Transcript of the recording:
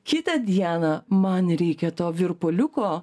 kitą dieną man reikia to virpuliuko